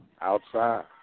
outside